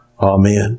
Amen